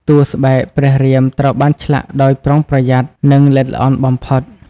តួស្បែកព្រះរាមត្រូវបានឆ្លាក់ដោយប្រុងប្រយ័ត្ន និងល្អិតល្អន់បំផុត ។